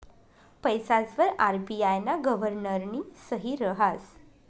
पैसासवर आर.बी.आय ना गव्हर्नरनी सही रहास